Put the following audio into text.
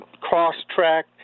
cross-track